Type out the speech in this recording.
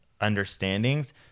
understandings